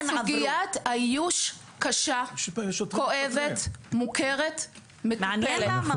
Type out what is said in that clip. סוגיית האיוש קשה, כואבת, מוכרת, מטופלת.